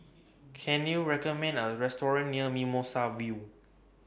Can YOU recommend Me A Restaurant near Mimosa View